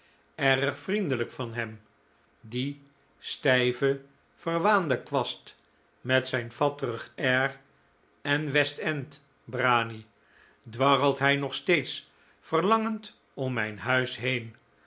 erg vriendelijk van hem dien stijven verwaanden kwast met zijn fatterig air en west end branie dwarrelt hij nog steeds verlangend om mijn huis heen